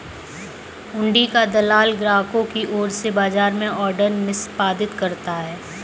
हुंडी का दलाल ग्राहकों की ओर से बाजार में ऑर्डर निष्पादित करता है